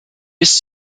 bis